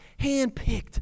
handpicked